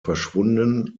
verschwunden